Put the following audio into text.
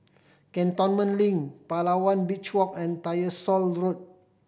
Cantonment Link Palawan Beach Walk and Tyersall Road